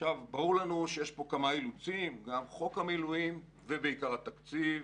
ברור לנו שיש פה כמה אילוצים: גם חוק המילואים ובעיקר התקציב.